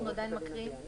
אנחנו עדיין מקריאים?